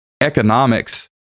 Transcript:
economics